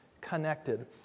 connected